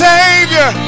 Savior